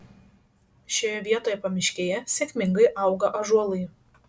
šioje vietoje pamiškyje sėkmingai auga ąžuolai